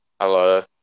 Hello